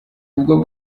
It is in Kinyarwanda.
ubwo